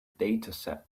dataset